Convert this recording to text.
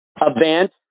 event